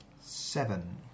Seven